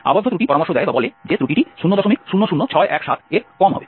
আবদ্ধ ত্রুটি পরামর্শ দেয় বা বলে যে ত্রুটিটি 000617 এর কম হবে